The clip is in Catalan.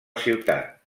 ciutat